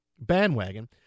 bandwagon